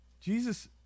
Jesus